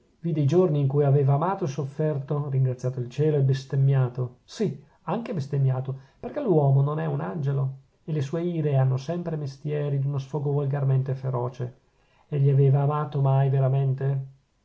vide i giorni in cui aveva amato e sofferto ringraziato il cielo e bestemmiato sì anche bestemmiato perchè l'uomo non è un angelo e le sue ire hanno sempre mestieri d'uno sfogo volgarmente feroce aveva egli amato mai veramente